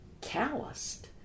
calloused